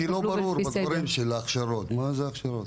כי לא ברור מה סוג ההכשרות, מה זה הכשרות.